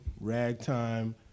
Ragtime